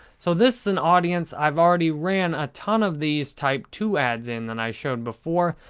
so, this is an audience i've already ran a ton of these type two ads in that i showed before,